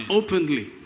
openly